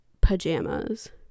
pajamas